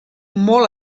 molt